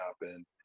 happen